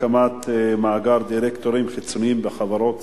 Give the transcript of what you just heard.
הקמת מאגר דירקטורים חיצוניים בחברות ציבוריות),